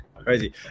Crazy